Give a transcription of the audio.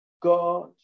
God